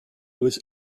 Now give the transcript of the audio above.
was